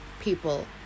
people